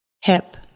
Hip